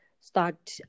start